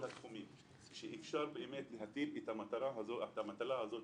התחומים שאפשר באמת להטיל את המטלה הזאת,